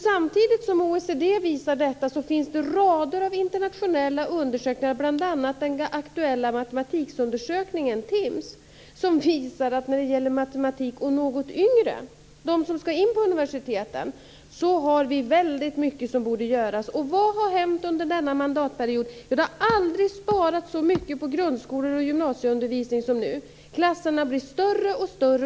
Samtidigt finns det en mängd internationella undersökningar - bl.a. den aktuella matematikundersökningen TIMSS - som visar att när det gäller matematik och något yngre, dvs. de som skall söka sig till universiteten, är det väldigt mycket som borde göras. Och vad har hänt under denna mandatperiod? Jo, det har aldrig sparats så mycket på grundskole och gymnasieundervisning som nu. Klasserna blir större och större.